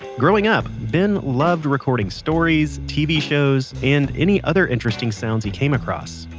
growing up, ben loved recording stories, tv shows, and any other interesting sounds he came across.